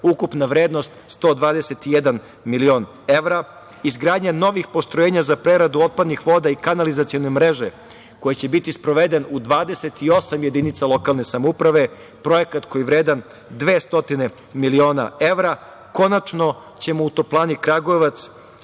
ukupna vrednost 121 milion evra, izgradnja novih postrojenja za preradu otpadnih voda i kanalizacione mreže koji će biti sproveden u 28 jedinica lokalne samouprave, projekat koji je vredan 200 miliona evra. Konačno ćemo u toplani Kragujevac